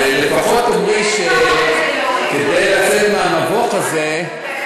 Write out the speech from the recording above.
אבל לפחות אומרים שכדי לצאת מהמבוך הזה,